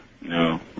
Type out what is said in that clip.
No